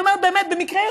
אני אומרת באמת במקרה,